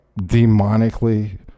demonically